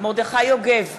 מרדכי יוגב,